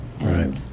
right